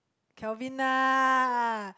Kelvin lah